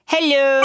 Hello